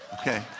Okay